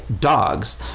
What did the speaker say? dogs